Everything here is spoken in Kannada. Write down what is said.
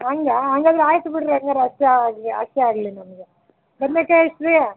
ಹಂಗಾ ಹಂಗಾದ್ರ್ ಆಯ್ತು ಬಿಡಿರಿ ಹಂಗಾರ್ ಅಷ್ಟೇ ಆಗಿ ಅಷ್ಟೇ ಆಗಲಿ ನಮಗೆ ಬದ್ನೆಕಾಯಿ ಎಷ್ಟು ರೀ